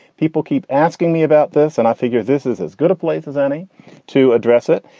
people keep asking me about this and i figure this is as good a place as any to address it.